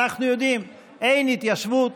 אנחנו יודעים: אין התיישבות,